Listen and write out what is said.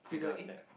figure eight